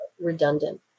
redundant